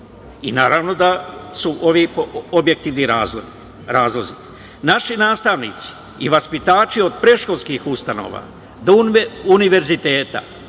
složim. Naravno da su ovo objektivni razlozi. Naši nastavnici i vaspitači od predškolskih ustanova, do Univerziteta,